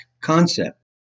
concept